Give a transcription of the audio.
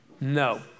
No